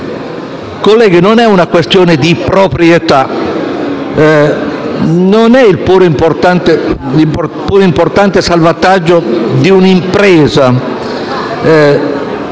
Colleghi, non è una questione di proprietà, non è il pur importante salvataggio di un'impresa,